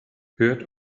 hört